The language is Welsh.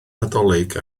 nadolig